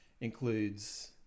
includes